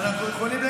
שבועיים בדיוק.